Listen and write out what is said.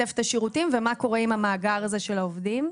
השירותים ומה קורה עם המאגר הזה של העובדים.